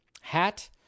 hat